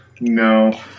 No